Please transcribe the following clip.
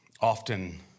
Often